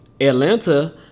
Atlanta